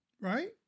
right